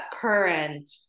current